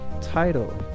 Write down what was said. title